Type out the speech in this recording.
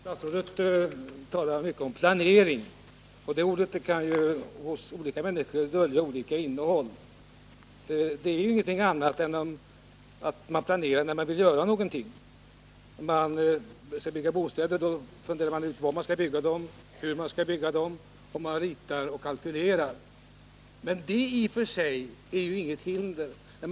Herr talman! Statsrådet talade mycket om planering, men det ordet kan ju betyda olika saker. Man planerar när man vill göra någonting. Då man skall bygga bostäder tänker man ut var och hur de skall byggas. Man ritar och kalkylerar. Men detta är i och för sig inget hinder.